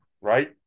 right